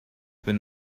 been